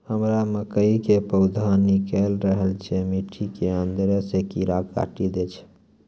हमरा मकई के पौधा निकैल रहल छै मिट्टी के अंदरे से कीड़ा काटी दै छै?